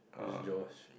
it's Josh